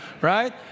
Right